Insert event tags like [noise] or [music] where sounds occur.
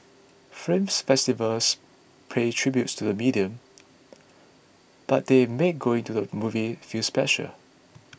film festivals pay tribute to the medium [noise] but they make going to the movies feel special